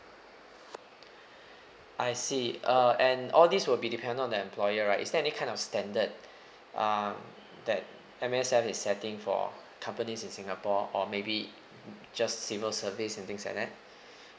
I see uh and all these will be depend on the employer right is there any kind of standard um that M_S_F is setting for companies in singapore or maybe just civil service and things like that